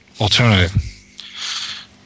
alternative